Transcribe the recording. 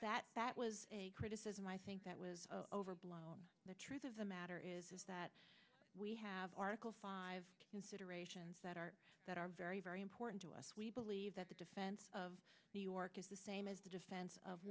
that that was a criticism i think that was overblown the truth of the matter is is that we have article five considerations that are that are very very important to us we believe that the defense of new york is the same as the defense of